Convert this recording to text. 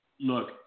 look